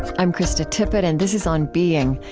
i'm krista tippett, and this is on being.